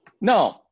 No